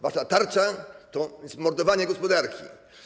Wasza tarcza to mordowanie gospodarki.